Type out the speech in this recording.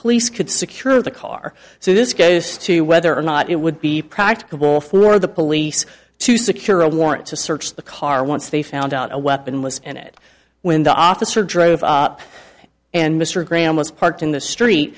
police could secure the car so this goes to whether or not it would be practicable fluor of the police to secure a warrant to search the car once they found out a weaponless and it when the officer drove up and mr graham was parked in the street